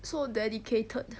so dedicated